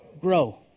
Grow